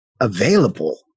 available